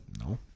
No